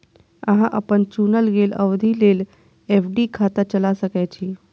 अहां अपन चुनल गेल अवधि लेल एफ.डी खाता चला सकै छी